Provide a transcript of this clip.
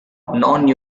non